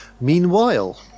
Meanwhile